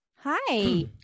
hi